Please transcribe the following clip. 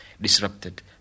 disrupted